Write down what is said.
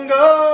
go